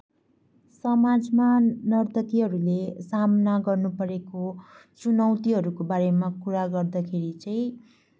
समाजमा नर्तकीहरूले सामना गर्नुपरेको चुनौतीहरूको बारेमा कुरा गर्दाखेरि चाहिँ